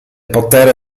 potere